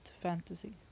fantasy